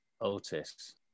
Otis